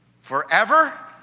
Forever